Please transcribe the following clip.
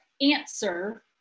answer